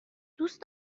دوست